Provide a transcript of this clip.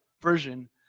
version